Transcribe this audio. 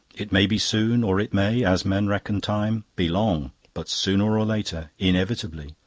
it may be soon or it may, as men reckon time, be long but sooner or later, inevitably,